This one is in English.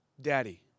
Daddy